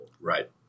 Right